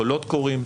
קולות קוראים,